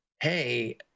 hey